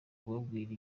kubabwira